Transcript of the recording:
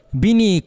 bini